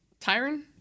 Tyron